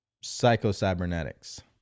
Psycho-Cybernetics